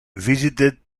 visited